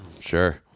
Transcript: Sure